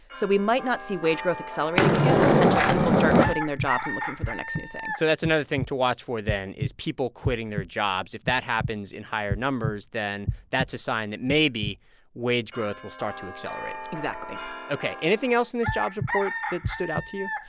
so we might not see wage growth accelerating again until people start quitting their jobs and looking for their next new thing so that's another thing to watch for then is people quitting their jobs. if that happens in higher numbers, then that's a sign that maybe wage growth will start to accelerate exactly ok. anything else in this jobs report that stood out to you?